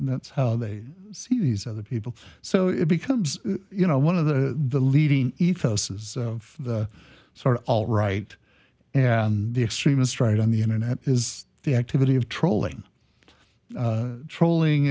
that's how they see these other people so it becomes you know one of the the leading ethos is of sort of all right and the extremist right on the internet is the activity of trolling trolling